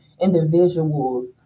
individuals